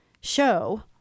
show